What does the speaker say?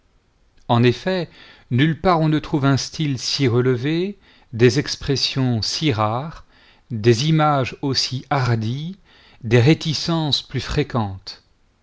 en effet nulle part on ne trouve un style si relevé des expressions si rares des images aussi hardies des réticences plus fréquentes